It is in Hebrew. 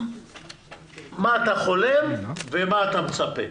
מה אתה חולם ומה אתה מצפה,